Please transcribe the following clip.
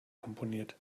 komponiert